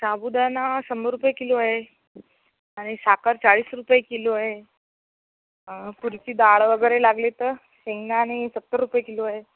साबुदाणा शंभर रुपये किलो आहे आणि साखर चाळीस रुपये किलो आहे तुरीची डाळ वगैरे लागली तर शेंगदाणे सत्तर रुपये किलो आहे